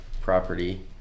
property